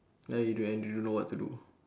ya you do I don't know what to do